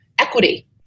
equity